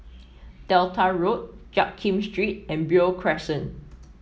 Delta Road Jiak Kim Street and Beo Crescent